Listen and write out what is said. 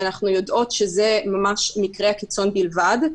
ואנחנו יודעות שאלה ממש מקרי קיצון בלבד.